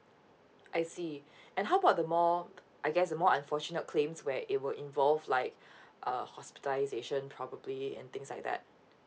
I see and how about the more I guess the more unfortunate claims where it would involve like err hospitalization probably and things like that